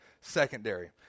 secondary